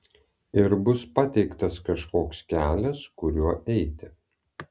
ir bus pateiktas kažkoks kelias kuriuo eiti